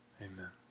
Amen